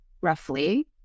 roughly